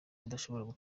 barushaho